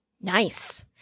nice